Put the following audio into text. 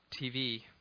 TV